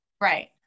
Right